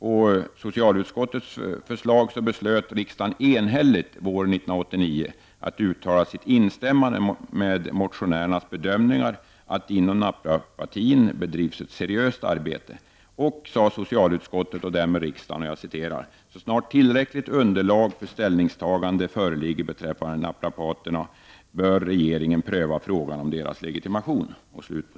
På socialutskottets förslag beslöt riksdagen enhälligt våren 1989 att uttala sitt instämmande i motionärernas bedömningar att det inom naprapatin bedrivs ett seriöst arbete, och, sade socialutskottet och därmed riksdagen ''Så snart tillräckligt underlag för ställningstagande föreligger beträffande naprapaterna bör regeringen pröva frågan om deras legitimation.''